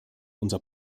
unser